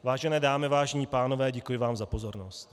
Vážené dámy, vážení pánové, děkuji vám za pozornost.